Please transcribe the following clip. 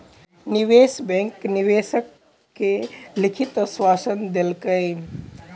निवेश बैंक निवेशक के लिखित आश्वासन देलकै